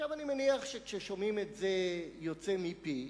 עכשיו, אני מניח שכששומעים את זה יוצא מפי,